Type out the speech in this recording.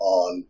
on